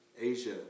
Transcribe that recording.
Asia